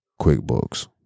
QuickBooks